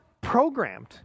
programmed